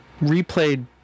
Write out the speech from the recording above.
replayed